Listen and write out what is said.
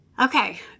Okay